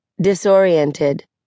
disoriented